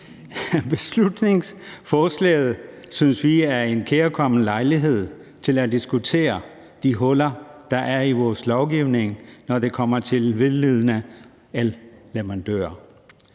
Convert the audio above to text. Beslutningsforslaget synes vi er en kærkommen lejlighed til at diskutere de huller, der er i vores lovgivning, når det kommer til vildledende elleverandører.